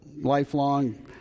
lifelong